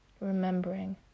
Remembering